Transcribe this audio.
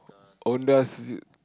Honda-Civic